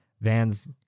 vans